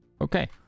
Okay